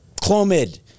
Clomid